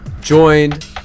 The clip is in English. joined